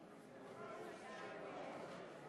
הכנסת.